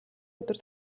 өдөр